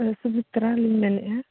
ᱥᱩᱢᱤᱛᱨᱟ ᱞᱤᱧ ᱢᱮᱱᱮᱫᱼᱟ